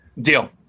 Deal